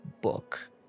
book